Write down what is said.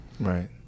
Right